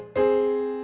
a